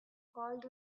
called